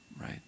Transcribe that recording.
right